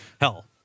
Hell